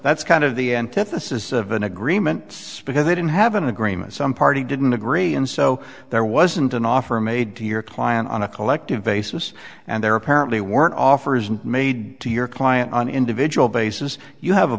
that's kind of the antithesis of an agreement because they didn't have an agreement some party didn't agree and so there wasn't an offer made to your client on a collective vases and there apparently weren't offer isn't made to your client on an individual basis you have a